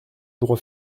droit